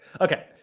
Okay